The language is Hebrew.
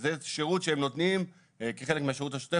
וזה שירות שהם נותנים כחלק מהשירות השוטף